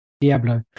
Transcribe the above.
diablo